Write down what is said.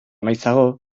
maizago